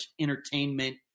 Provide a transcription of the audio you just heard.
entertainment